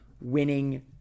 winning